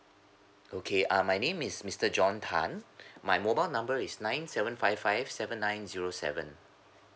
okay uh my name is mister john tan my mobile number is nine seven five five seven nine zero seven